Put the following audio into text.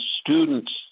students